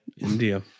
India